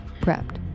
prepped